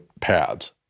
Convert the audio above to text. pads